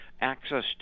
access